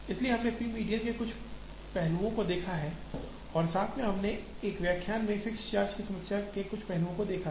इसलिए हमने p median के कुछ पहलुओं को देखा है और साथ ही हमने पहले के एक व्याख्यान में फिक्स्ड चार्ज की समस्या के कुछ पहलुओं को देखा है